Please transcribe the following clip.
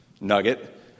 nugget